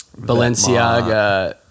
Balenciaga